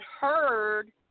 heard